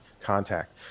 contact